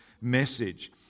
message